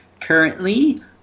currently